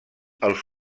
els